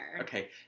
Okay